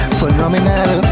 phenomenal